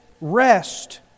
rest